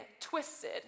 twisted